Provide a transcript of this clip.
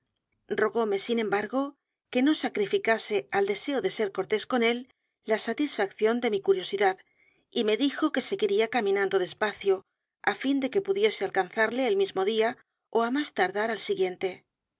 rogóme sin embargo que no sacrificase al deseo de ser cortés con él la satisfacción de mi curiosidad y me dijo que seguiría caminando despacio á fin de que pudiese alcanzarle el mismo día ó á más tardar el siguiente